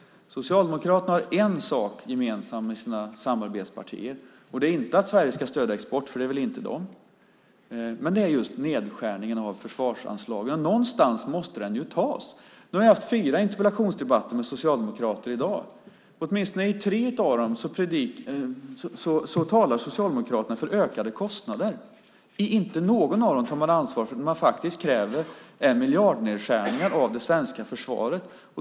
Socialdemokraterna har en sak gemensam med sina samarbetspartier. Det är inte att Sverige ska stödja export, för de vill de inte. Men det är just nedskärningen av försvarsanslagen. Någonstans måste det ju tas. Jag har nu i dag haft fyra interpellationsdebatter med socialdemokrater. I åtminstone i tre av dem talar Socialdemokraterna för ökade kostnader. Inte i någon av dem tar man ansvar för att man faktiskt kräver miljardnedskärningar av det svenska försvaret.